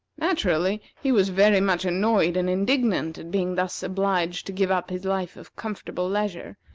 naturally, he was very much annoyed and indignant at being thus obliged to give up his life of comfortable leisure,